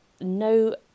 no